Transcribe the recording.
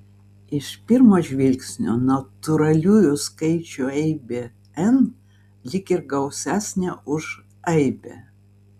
iš pirmo žvilgsnio natūraliųjų skaičių aibė n lyg ir gausesnė už aibę